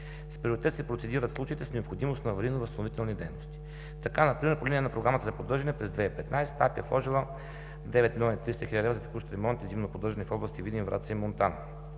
С приоритет се процедира в случаите с необходимост на аварийно-възстановителни дейности. Така например по линия на Програмата за поддържане през 2015 г. АПИ е вложила 9 млн. 300 хил. лв. за текущ ремонт и зимно поддържане в областите Видин, Враца и Монтана